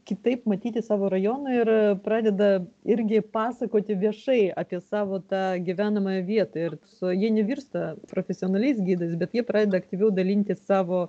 kitaip matyti savo rajoną ir pradeda irgi pasakoti viešai apie savo tą gyvenamąją vietą ir su jie nevirsta profesionaliais gidais bet jie pradeda aktyviau dalintis savo